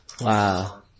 wow